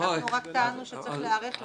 רק טענו שצריך להיערך לזה.